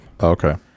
Okay